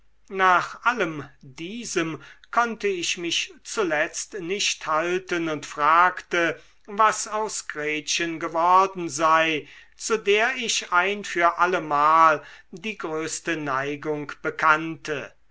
nach allem diesem konnte ich mich zuletzt nicht halten und fragte was aus gretchen geworden sei zu der ich ein für allemal die größte neigung bekannte